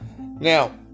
Now